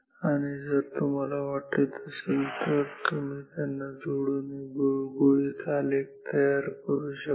आणि जर तुम्हाला वाटत असेल तर तुम्ही त्यांना जोडून एक गुळगुळीत आलेख तयार करू शकता